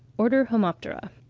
order homoptera.